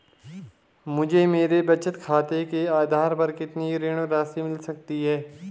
मुझे मेरे बचत खाते के आधार पर कितनी ऋण राशि मिल सकती है?